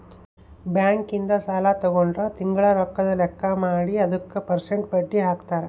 bank ಇಂದ ಸಾಲ ತಗೊಂಡ್ರ ತಿಂಗಳ ರೊಕ್ಕದ್ ಲೆಕ್ಕ ಮಾಡಿ ಅದುಕ ಪೆರ್ಸೆಂಟ್ ಬಡ್ಡಿ ಹಾಕ್ತರ